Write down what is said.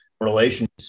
relations